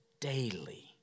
daily